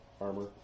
armor